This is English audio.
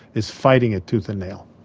is fighting it tooth and nail.